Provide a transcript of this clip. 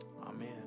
Amen